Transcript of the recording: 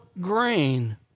grain